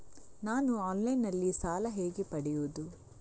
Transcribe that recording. ನಾನು ಆನ್ಲೈನ್ನಲ್ಲಿ ಸಾಲ ಹೇಗೆ ಪಡೆಯುವುದು?